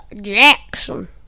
Jackson